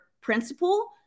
principal